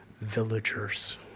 villagers